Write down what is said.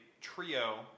trio